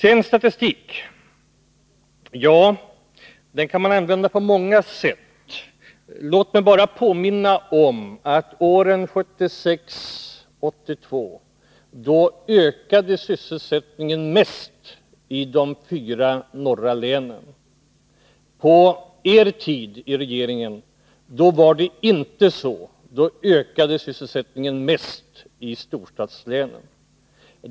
Statistik kan som bekant användas på många sätt. Låt mig bara påminna om att sysselsättningen åren 1976-1982 ökade mest i de fyra norra länen. På socialdemokraternas tid i regeringsställning var det inte så, utan då ökade sysselsättningen mest i storstadslänen.